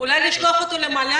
אולי תשלחו את זה למל"ל.